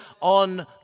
on